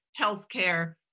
healthcare